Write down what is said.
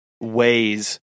ways